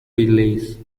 release